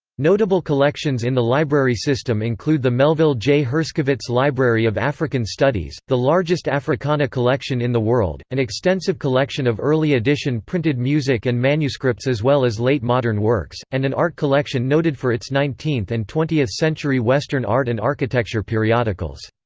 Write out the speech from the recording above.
notable collections in the library system include the melville j. herskovits library of african studies, the largest africana collection in the world, an extensive collection of early edition printed music and manuscripts as well as late-modern works, and an art collection noted for its nineteenth and twentieth century western art and architecture periodicals.